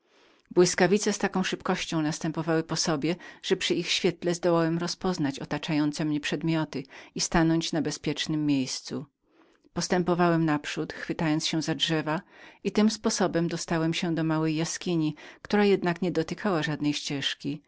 błyskawice z taką szybkością następowały po sobie że przy ich świetle zdołałem rozpoznać otaczające mnie przedmioty i stanąć na bezpieczniejszem miejscu postępowałem naprzód chwytając się za drzewa i krzaki i tym sposobem dostałem się do małej jaskini która jednak nie dotykając żadnej ścieżki